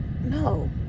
no